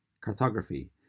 cartography